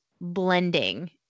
blending